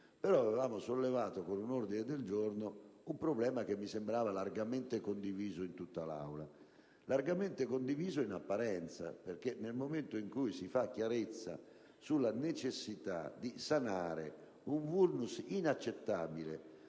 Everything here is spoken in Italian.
però, avevamo sollevato, con un ordine del giorno, un problema che mi sembrava largamente condiviso in tutta l'Aula, anche se solo in apparenza. Infatti, nel momento in cui si fa chiarezza sulla necessità di sanare un *vulnus* inaccettabile,